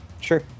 Sure